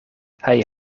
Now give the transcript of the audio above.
hij